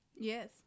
Yes